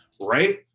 Right